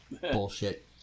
Bullshit